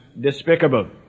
despicable